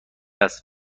است